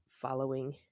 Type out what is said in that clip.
following